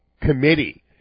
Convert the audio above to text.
committee